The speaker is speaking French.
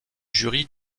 jury